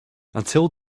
until